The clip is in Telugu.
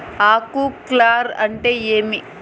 ఆకు కార్ల్ అంటే ఏమి?